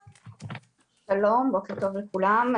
שלום, בוקר טוב לכולם.